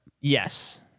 Yes